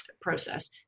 process